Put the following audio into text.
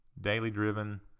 daily-driven